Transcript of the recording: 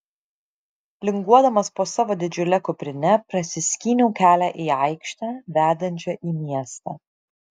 linguodamas po savo didžiule kuprine prasiskyniau kelią į aikštę vedančią į miestą